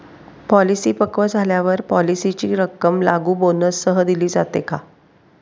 Policy पक्व झाल्यावर पॉलिसीची रक्कम लागू बोनससह दिली जाते का?